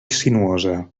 sinuosa